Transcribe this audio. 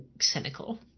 cynical